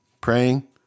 praying